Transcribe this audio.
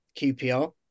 QPR